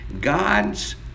god's